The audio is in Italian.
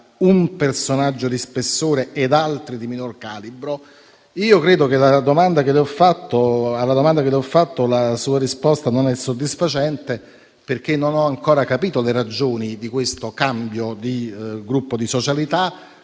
un personaggio di spessore e altri di minor calibro. Credo che alla domanda che le ho rivolto la sua risposta non sia soddisfacente, perché non ho ancora capito le ragioni del cambio di gruppo di socialità